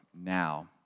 now